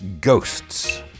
Ghosts